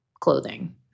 clothing